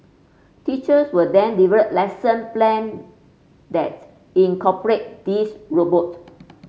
teachers will then develop lesson plan that incorporate these robots